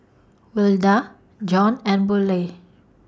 Wilda Joan and Burleigh